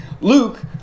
Luke